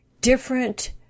different